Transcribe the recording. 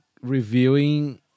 reviewing